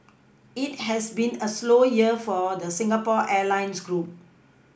it has been a slow year for a the Singapore Airlines group